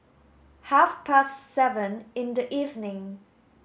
half past seven in the evening